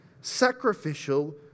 sacrificial